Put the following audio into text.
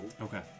okay